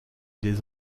des